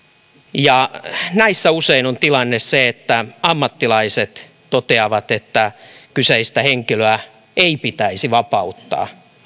näissä usein on tilanne se että ammattilaiset toteavat että kyseistä henkilöä ei pitäisi vapauttaa